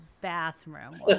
bathroom